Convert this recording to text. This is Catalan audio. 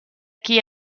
qui